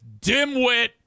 dimwit